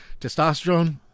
testosterone